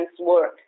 work